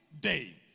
day